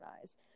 eyes